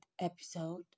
episode